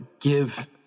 give